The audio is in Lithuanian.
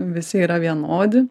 visi yra vienodi